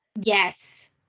yes